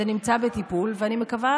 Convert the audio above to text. זה נמצא בטיפול, ואני מקווה